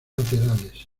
laterales